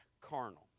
Carnal